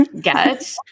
get